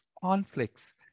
conflicts